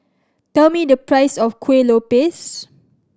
tell me the price of Kuih Lopes